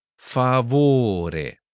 favore